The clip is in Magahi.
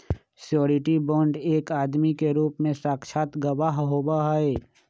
श्योरटी बोंड एक आदमी के रूप में साक्षात गवाह होबा हई